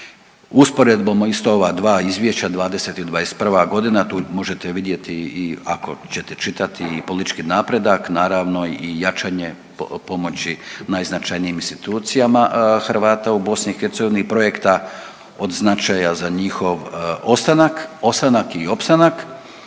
Usporedbom isto ova dva izvješća '20. i '21.g. tu možete vidjeti i ako ćete čitati i politički napreda, naravno i jačanje pomoći najznačajnijim institucijama Hrvata u BiH i projekta od značaja za njihov ostanak i opstanak.